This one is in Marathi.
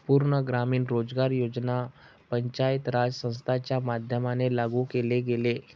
पूर्ण ग्रामीण रोजगार योजना पंचायत राज संस्थांच्या माध्यमाने लागू केले गेले